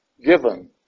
given